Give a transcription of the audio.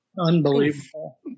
Unbelievable